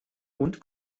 und